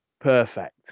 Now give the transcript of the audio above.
perfect